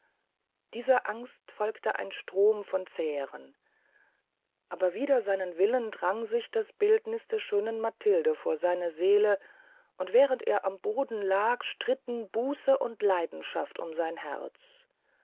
dieser angst folgte ein strom von zähren aber wider seinen willen drang sich das bildniß der schönen matilde vor seine seele und während er am boden lag stritten buße und leidenschaft um sein herz